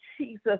Jesus